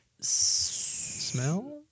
Smell